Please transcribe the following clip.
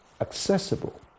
accessible